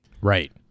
Right